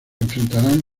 enfrentarán